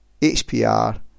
HPR